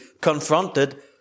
confronted